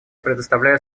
предоставляю